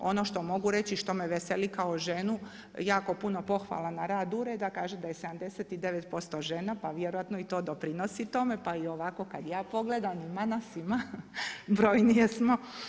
Ono što mogu reći i što me veseli kao ženu, jako puno pohvala na rad ureda, kaže da je 79% žena pa vjerojatno i to doprinosi tome, pa i ovako kada ja pogledam, ima nas ima, brojnije smo.